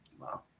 Wow